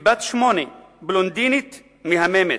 כבת שמונה, בלונדינית מהממת,